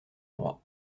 droit